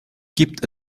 gibt